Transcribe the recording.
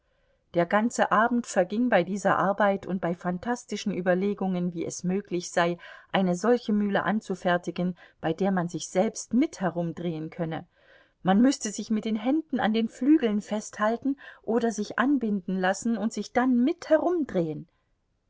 der ganze abend verging bei dieser arbeit und bei phantastischen überlegungen wie es möglich sei eine solche mühle anzufertigen bei der man sich selbst mit herumdrehen könne man müßte sich mit den händen an den flügeln festhalten oder sich anbinden lassen und sich dann mit herumdrehen